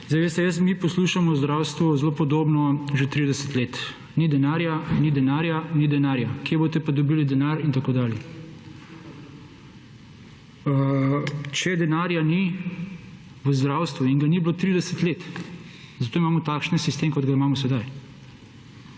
Zdaj veste, mi poslušamo v zdravstvu zelo podobno že 30 let, ni denarja, ni denarja, ni denarja, kje boste pa dobili denar in tako dalje. Če denarja ni v zdravstvu in ga ni bilo 30 let, zato imamo takšen sistem, kot ga imamo sedaj.